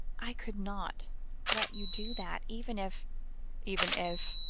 i could not let you do that, even if even if?